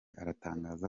aratangaza